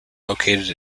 located